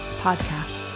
podcast